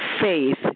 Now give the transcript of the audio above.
faith